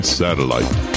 satellite